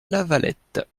lavalette